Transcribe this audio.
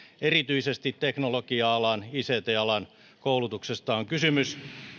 erityisesti teknologia alan ict alan koulutuksesta on kysymys